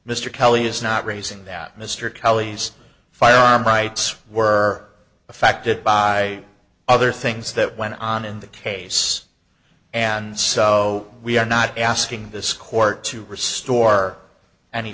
mr kelly is not raising that mr calley's firearm rights were affected by other things that went on in the case and so we are not asking this court to restore any